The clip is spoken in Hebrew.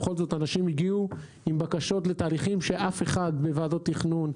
בכל זאת אנשים הגיעו עם בקשות לתהליכים שאף אחד בוועדות תכנון,